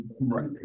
right